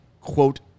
quote